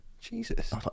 Jesus